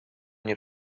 nie